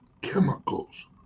chemicals